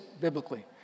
biblically